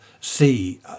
see